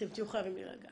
אתם תהיו חייבים להירגע.